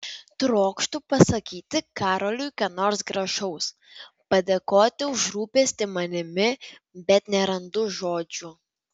trokštu pasakyti karoliui ką nors gražaus padėkoti už rūpestį manimi bet nerandu žodžių